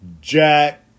Jack